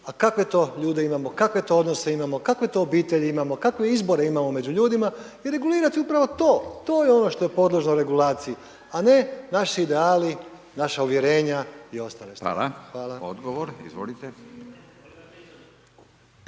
a kakve to ljude imamo, kakve to odnose imamo, kakve to obitelji imamo, kakve izbore imamo među ljudima, i regulirati upravo to, to je ono što je podložno regulaciji, a ne naši ideali, naša uvjerenja i ostale stvari. **Radin, Furio